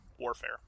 warfare